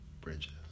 Bridges